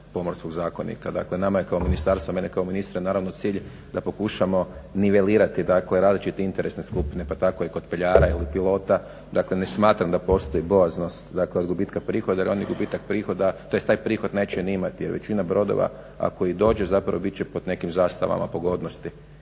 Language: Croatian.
Pomorskog zakonika. Dakle, nama je kao ministarstvu, meni je kao ministru naravno cilj da pokušamo nivelirati, dakle različite interesne skupine pa tako i kod peljara ili pilota. Dakle, ne smatram da postoji bojaznost, dakle od gubitka prihoda jer oni gubitak prihoda, tj. taj prihod neće ni imati. Jer većina brodova ako i dođe zapravo bit će pod nekim zastavama pogodnosti.